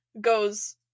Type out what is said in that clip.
goes